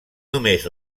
només